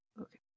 Okay